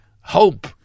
Hope